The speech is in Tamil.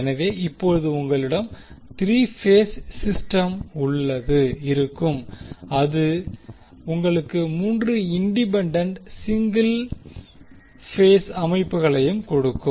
எனவே இப்போது உங்களிடம் 3 பேஸ் சிஸ்டம் இருக்கும் இது உங்களுக்கு 3 இண்டிபெண்டண்ட் சிங்கிள் பேஸ் அமைப்புகளையும் கொடுக்கும்